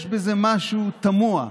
יש בזה משהו תמוה.